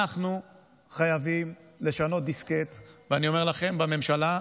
אנחנו חייבים לשנות דיסקט, ואני אומר לכם בממשלה,